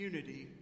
Unity